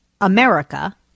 America